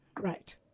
Right